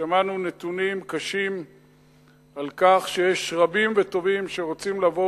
שמענו נתונים קשים על כך שיש רבים וטובים שרוצים לבוא